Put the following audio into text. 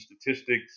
statistics